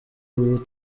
ubu